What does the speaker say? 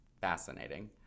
fascinating